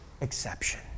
exception